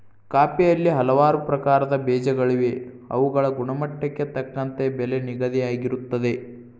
ಕಾಫಿಯಲ್ಲಿ ಹಲವಾರು ಪ್ರಕಾರದ ಬೇಜಗಳಿವೆ ಅವುಗಳ ಗುಣಮಟ್ಟಕ್ಕೆ ತಕ್ಕಂತೆ ಬೆಲೆ ನಿಗದಿಯಾಗಿರುತ್ತದೆ